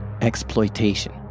Exploitation